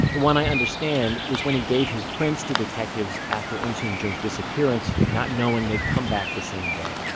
one i understand was when he gave his prints to detectives after eunsoon jun's disappearance not knowing they'd come back the same day